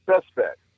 suspect